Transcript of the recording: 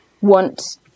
want